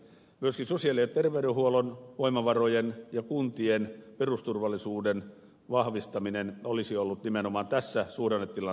myöskin sosiaali ja terveydenhuollon voimavarojen ja kuntien perusturvallisuuden vahvistaminen olisi ollut nimenomaan tässä suhdannetilanteessa tärkeää